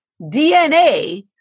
DNA